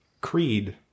Creed